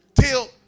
Till